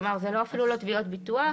כלומר, זה אפילו לא תביעות ביטוח.